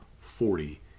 forty